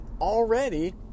already